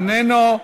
איננו,